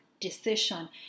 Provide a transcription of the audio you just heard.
decision